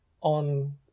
on